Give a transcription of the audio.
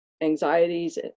anxieties